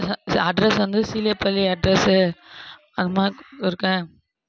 address வந்து Seelapalli address அது மார் இருக்கேன்